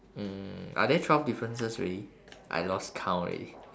mm are there twelve differences already I lost count already